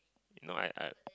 no I I